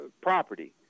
property